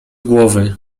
głowy